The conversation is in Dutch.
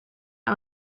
aan